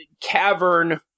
cavern